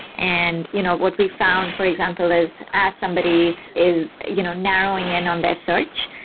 and you know what we found, for example is as somebody is you know narrowing in on their search,